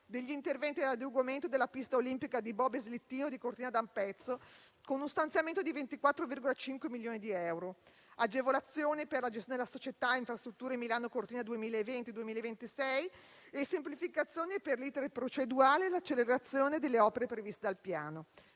degli interventi di adeguamento della pista olimpica di bob e slittino di Cortina d'Ampezzo, con uno stanziamento di 24,5 milioni di euro; agevolazioni per la società Infrastrutture Milano Cortina 2020-2026; semplificazioni dell'*iter* procedurale e accelerazione delle opere previste dal Piano.